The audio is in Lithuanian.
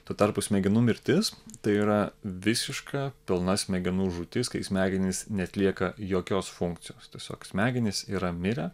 tuo tarpu smegenų mirtis tai yra visiška pilna smegenų žūtis kai smegenys neatlieka jokios funkcijos tiesiog smegenys yra mirę